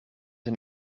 een